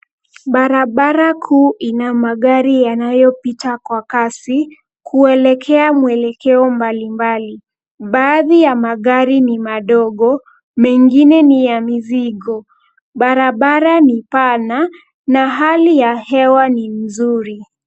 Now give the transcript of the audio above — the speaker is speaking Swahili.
Barabara kuu ina magari yanayopita kwa kasi kueleka mwelekeo mbalimbali. Baadhi ya magari ni madogo, mengine ni ya mizigo. Barabara ni pana na hali ya hewa ni nzuri.